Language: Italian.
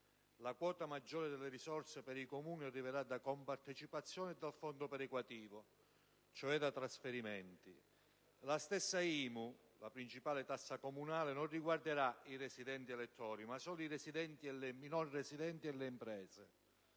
La quota maggiore delle risorse per i Comuni arriverà da compartecipazioni e dal fondo perequativo (cioè da trasferimenti); la stessa IMU, cioè la principale tassa comunale, non riguarderà i residenti-elettori ma solo i non residenti e le imprese.